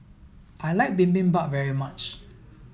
I like Bibimbap very much